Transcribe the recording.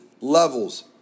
levels